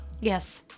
yes